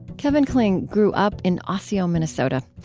kevin kling grew up in osseo, minnesota.